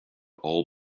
all